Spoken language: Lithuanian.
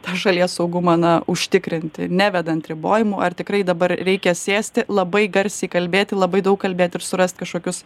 tą šalies saugumą na užtikrinti nevedant ribojimų ar tikrai dabar reikia sėsti labai garsiai kalbėti labai daug kalbėt ir surast kažkokius